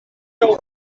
prou